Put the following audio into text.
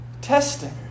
testing